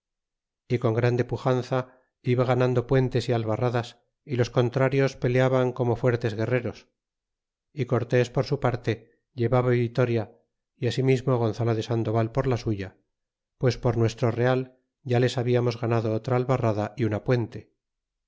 y con grande pujanza iba ganando puentes y albarradas y i os contrarios peleaban como fuertes guerreros y cortés por su parte llevaba vitoria y ansimismo gonzalode sandoval perla suya pues por nuestro real ya les hablamos ganado otra albarrada y una puente